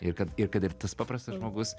ir kad ir kad ir tas paprastas žmogus